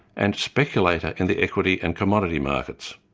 and speculator in the equity and commodity markets.